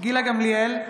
גילה גמליאל,